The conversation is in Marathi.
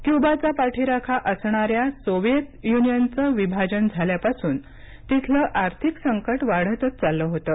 क्युबाचा पाठीराखा असणाऱ्या सोविएत युनियनचं विभाजन झाल्यापासून तिथलं आर्थिक संकट वाढतच चाललं होतं